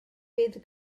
bydd